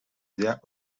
sehr